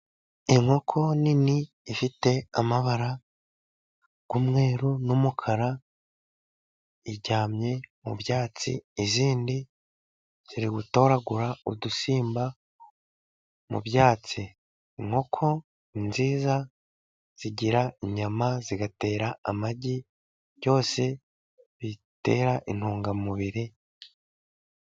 Inkoko nini ifite amabara y'umweru n'umukara, iryamye mu byatsi izindi ziri gutoragura udusimba mu byatsi, inkoko nziza zigira inyama zigatera amagi byose bitera intungamubiri.